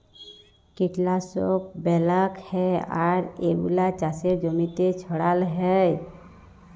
কীটলাশক ব্যলাক হ্যয় আর এগুলা চাসের জমিতে ছড়াল হ্য়য়